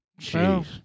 Jeez